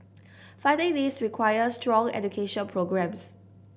fighting this requires strong education programmes